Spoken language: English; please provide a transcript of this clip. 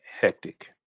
hectic